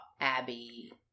Abby